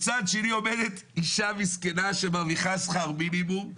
מצד שני עומדת אישה מסכנה שמרוויחה שכר מינימום.